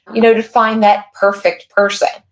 you know, to find that perfect person,